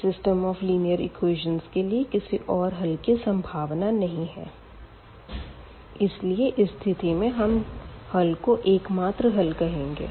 इस system of linear equation के लिए किसी और हल की संभावना नहीं है इसलिए इस स्थिति में हम हल को एकमात्र हल कहेंगे